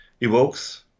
evokes